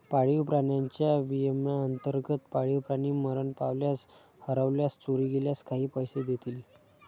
पाळीव प्राण्यांच्या विम्याअंतर्गत, पाळीव प्राणी मरण पावल्यास, हरवल्यास, चोरी गेल्यास काही पैसे देतील